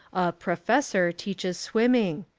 a professor teaches swimming.